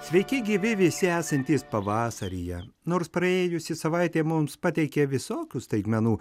sveiki gyvi visi esantys pavasaryje nors praėjusi savaitė mums pateikė visokių staigmenų